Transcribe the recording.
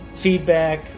feedback